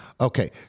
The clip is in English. okay